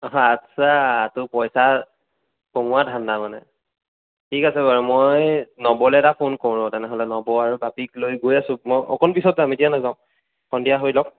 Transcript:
আচ্ছা তোৰ পইছা কমোৱা ধান্দা মানে ঠিক আছে বাৰু মই নৱলৈ এটা ফোন কৰো ৰ' তেনেহ'লে নৱ আৰু বাপীক লৈ গৈ আছো মই অকণ পিছত যাম এতিয়া নাযাওঁ সন্ধিয়া হৈ লওক